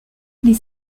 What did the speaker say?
les